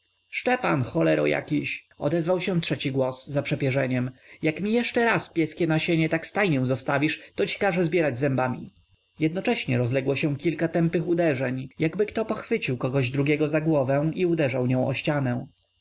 szczepan cholero jakiś odezwał się trzeci głos za przepierzeniem jak mi jeszcze raz pieskie nasienie tak stajnią zostawisz to ci każę zbierać zębami jednocześnie rozległo się kilka tępych uderzeń jakby ktoś pochwycił kogoś drugiego za głowę i uderzał nią o ścianę